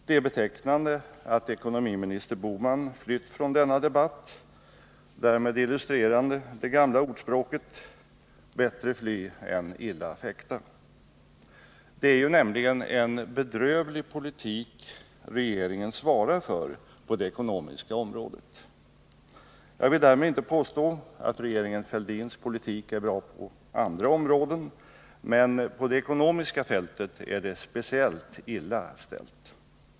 Det är betecknande att ekonomiminister Bohman flytt från denna debatt, därmed illustrerande det gamla ordspråket Bättre fly än illa fäkta. Det är nämligen en bedrövlig politik regeringen svarar för på det ekonomiska området. Jag vill därmed inte påstå att regeringen Fälldins politik är bra på andra områden, men på det ekonomiska fältet är det speciellt illa ställt.